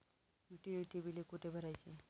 Utility बिले कुठे भरायची?